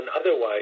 otherwise